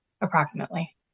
approximately